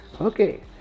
okay